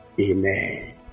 Amen